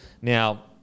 now